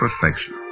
perfection